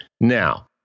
Now